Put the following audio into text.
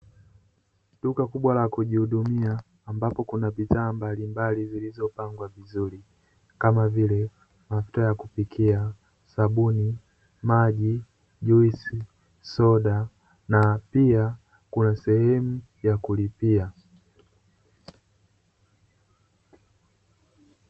Duka kubwa la kujihudumia ambapo kuna bidhaa mbalimbali zilizopangwa vizuri, kama vile: mafuta ya kupikia, sabuni, maji, juisi, soda na pia kuna sehemu ya kulipia.